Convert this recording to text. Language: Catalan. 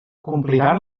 compliran